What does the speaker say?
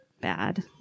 bad